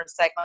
recycling